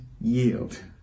yield